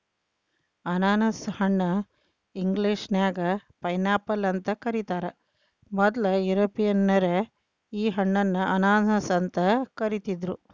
ಅನಾನಸ ಹಣ್ಣ ಇಂಗ್ಲೇಷನ್ಯಾಗ ಪೈನ್ಆಪಲ್ ಅಂತ ಕರೇತಾರ, ಮೊದ್ಲ ಯುರೋಪಿಯನ್ನರ ಈ ಹಣ್ಣನ್ನ ಅನಾನಸ್ ಅಂತ ಕರಿದಿದ್ರು